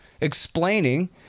explaining